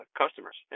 customers